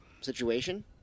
situation